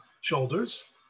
shoulders